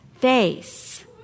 face